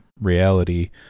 reality